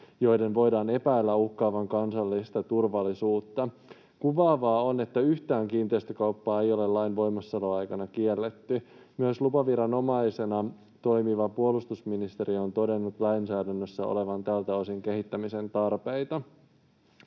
joiden voidaan epäillä uhkaavan kansallista turvallisuutta. Kuvaavaa on, että yhtään kiinteistökauppaa ei ole lain voimassaoloaikana kielletty. Myös lupaviranomaisena toimiva puolustusministeriö on todennut lainsäädännössä olevan tältä osin kehittämisen tarpeita.